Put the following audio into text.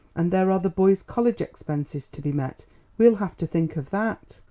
and there are the boys' college expenses to be met we'll have to think of that.